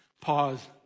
pause